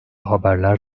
haberler